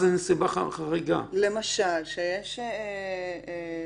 עד שתגיע ל-23,